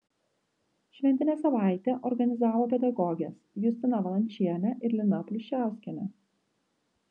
šventinę savaitę organizavo pedagogės justina valančienė ir lina pluščiauskienė